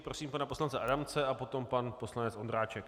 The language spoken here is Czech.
Prosím pana poslance Adamce a potom pan poslanec Ondráček.